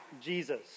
Jesus